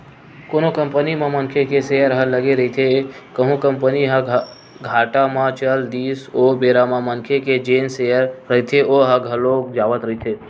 कोनो कंपनी म मनखे के सेयर ह लगे रहिथे कहूं कंपनी ह घाटा म चल दिस ओ बेरा म मनखे के जेन सेयर रहिथे ओहा घलोक जावत रहिथे